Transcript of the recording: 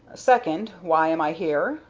second why am i here?